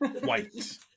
White